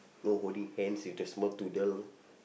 no holding hands with the small toddler